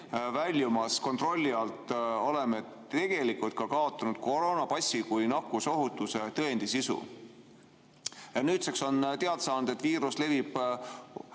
väljumas kontrolli alt, oleme tegelikult kaotanud koroonapassi kui nakkusohutuse tõendi sisu. Nüüdseks on teada saadud, et viiruse leviku